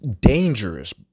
dangerous